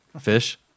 Fish